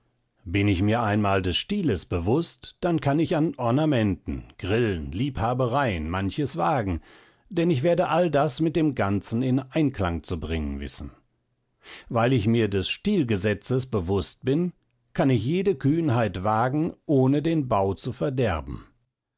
bin ich mir einmal des stiles bewußt dann kann ich an ornamenten grillen liebhabereien manches wagen denn ich werde all das mit dem ganzen in einklang zu bringen wissen weil ich mir des stilgesetzes bewußt bin kann ich jede kühnheit wagen ohne den bau zu verderben